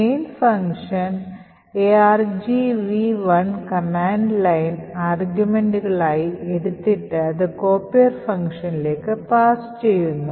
main function argv1 command line ആർഗ്യുമെന്റുകളായി എടുത്തിട്ട് അത് കോപ്പിയർ ഫംഗ്ഷനിലേക്ക് പാസ് ചെയ്യുന്നു